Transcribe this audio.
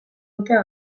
dute